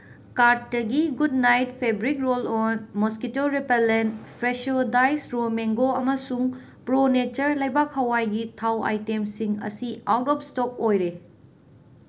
ꯀꯥꯔꯠꯇꯒꯤ Good Knight fabric roll on mosquito repellent fresh ꯗꯥꯏꯁ ꯔꯣ ꯃꯦꯡꯒꯣ ꯑꯃꯁꯨꯡ ꯄ꯭ꯔꯣ ꯅꯦꯆꯔ ꯂꯩꯕꯥꯛ ꯍꯋꯥꯏꯒꯤ ꯊꯥꯎ ꯑꯥꯏꯇꯦꯝꯁꯤꯡ ꯑꯁꯤ ꯑꯥꯎꯠ ꯑꯣꯐ ꯏꯁꯇꯣꯛ ꯑꯣꯏꯔꯦ